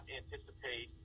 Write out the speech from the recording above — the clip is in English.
anticipate